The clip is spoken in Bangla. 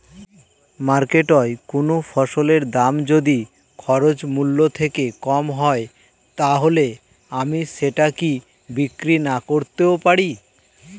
মার্কেটৈ কোন ফসলের দাম যদি খরচ মূল্য থেকে কম হয় তাহলে আমি সেটা কি বিক্রি নাকরতেও পারি?